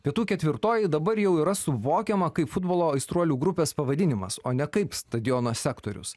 pietų ketvirtoji dabar jau yra suvokiama kaip futbolo aistruolių grupės pavadinimas o ne kaip stadiono sektorius